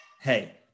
hey